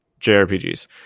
JRPGs